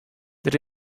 der